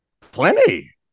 plenty